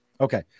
Okay